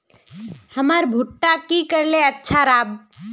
हमर भुट्टा की करले अच्छा राब?